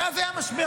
ואז היה משבר.